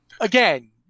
again